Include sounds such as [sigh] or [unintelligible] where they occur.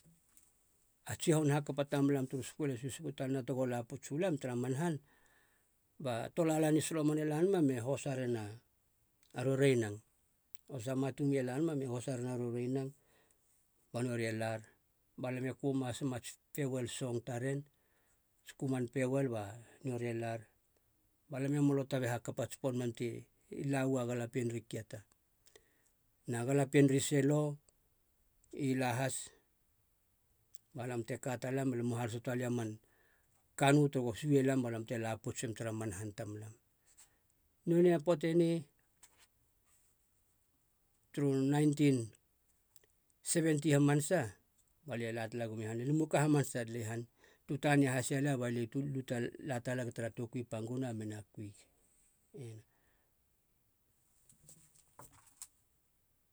A tsihoun hakapa tamlam turu skul e susuku talana tego la pouts uu lam tara man han ba, tolala ni solomon e la nama me hosa rena a roroinang. O samatu e la nama me hosa rena a roroinang ba nori e lar, balam e kuma sem ats pewel song taren, ats kuman pewel ba nori e lar balam e molo tabe hakapa t'spon mem ti lau a galapien ri kieta. Na galapien ri selau i la has balam te ka talam, alam u hahaloso talei a man kanu tego suei lam balam te la poutsum tara man han tamlam. Nonei a poata eni, turu nineteen seventy hamanasa balie la tala guma i han, ali mu ka hamanasa tali han tu tania has ia lia [unintelligible] balia e la talag tara touki i panguna mena kui, ena. [noise]